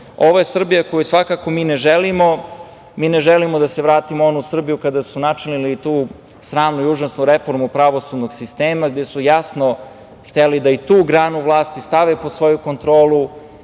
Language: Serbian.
je Srbija koju svakako mi ne želimo. Mi ne želimo da se vratimo u onu Srbiju kada su načinili tu sramnu i užasnu reformu pravosudnog sistema gde su jasno hteli da i tu granu vlasti stave pod svoju kontrolu,